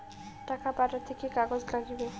টাকা পাঠাইতে কি কাগজ নাগীবে?